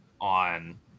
on